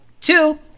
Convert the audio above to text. Two